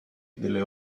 delle